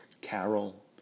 Carol